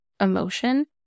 emotion